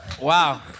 Wow